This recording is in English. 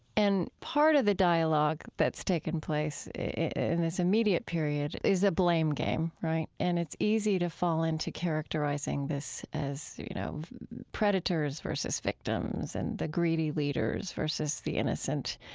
and part of the dialogue that's taken place in this immediate period is a blame game, right? and it's easy to fall into characterizing this as you know predators versus victims and the greedy leaders versus the innocent.